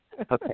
Okay